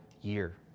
year